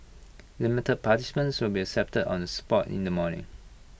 limited participants will be accepted on the spot in the morning